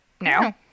No